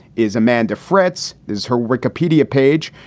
is amanda freda's is her wikipedia page.